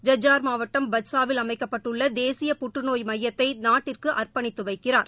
ஐஜ்ஜார் மாவட்டம் பட்சாவில் அமைக்கப்பட்டுள்ள தேசிய புற்றநோய் மையத்தை நாட்டிற்கு அர்ப்பணித்து வைக்கிறார்